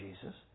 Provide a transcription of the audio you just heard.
Jesus